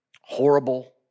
horrible